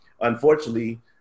unfortunately